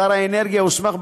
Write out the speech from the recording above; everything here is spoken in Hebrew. שר האנרגיה הוסמך,